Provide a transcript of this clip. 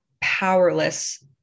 powerless